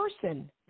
person